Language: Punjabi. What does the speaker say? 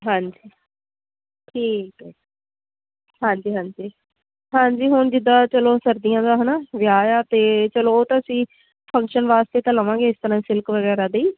ਹਾਂਜੀ ਠੀਕ ਹੈ ਹਾਂਜੀ ਹਾਂਜੀ ਹਾਂਜੀ ਹੁਣ ਜਿੱਦਾਂ ਚਲੋ ਸਰਦੀਆਂ ਦਾ ਹੈ ਨਾ ਵਿਆਹ ਆ ਤਾਂ ਚਲੋ ਉਹ ਤਾਂ ਅਸੀਂ ਫੰਕਸ਼ਨ ਵਾਸਤੇ ਤਾਂ ਲਵਾਂਗੇ ਇਸ ਤਰ੍ਹਾਂ ਸਿਲਕ ਵਗੈਰਾ ਦੇ ਹੀ